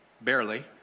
barely